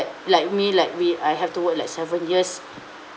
like me like we I have to work like seven years